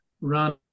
run